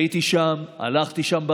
הייתי שם, הלכתי שם ברגל,